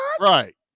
Right